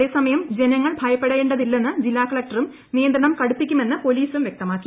അതേസമയം ജനങ്ങൾ ഭയപ്പെടേണ്ടതില്ലെന്ന് ജില്ലാ കളക്ടറും നിയന്ത്രണം കടുപ്പിക്കുമെന്ന് പോലീസും വ്യക്തമാക്കി